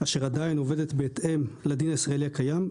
אשר עדיין עובדת בהתאם לדין הישראלי הקיים,